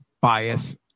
bias